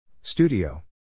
Studio